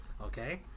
Okay